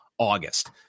august